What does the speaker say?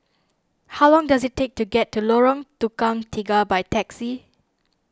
how long does it take to get to Lorong Tukang Tiga by taxi